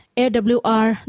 awr